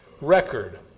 record